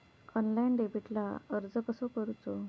Online डेबिटला अर्ज कसो करूचो?